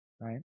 right